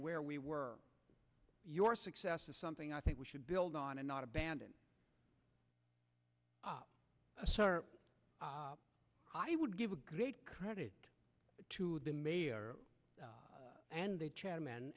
where we were your success is something i think we should build on and not abandon asar i would give a great credit to the mayor and the chairman